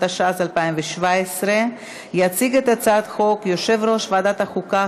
התשע"ז 2017. יציג את הצעת החוק יושב-ראש ועדת החוקה,